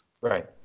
Right